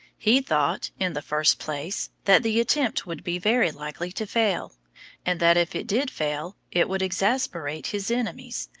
he thought, in the first place, that the attempt would be very likely to fail and that, if it did fail, it would exasperate his enemies,